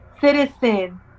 citizen